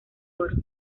oro